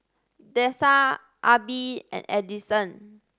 Dessa Arbie and Edison